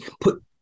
put